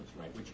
right